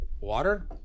Water